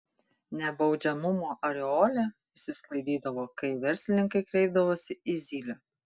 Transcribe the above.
nebaudžiamumo aureolė išsisklaidydavo kai verslininkai kreipdavosi į zylę